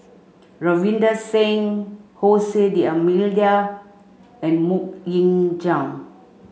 Ravinder Singh D'almeida and Mok Ying Jang